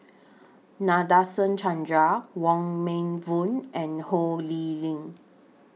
Nadasen Chandra Wong Meng Voon and Ho Lee Ling